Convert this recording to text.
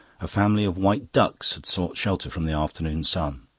a family of white ducks had sought shelter from the afternoon sun.